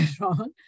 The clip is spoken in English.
wrong